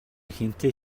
хэнтэй